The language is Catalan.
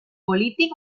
polític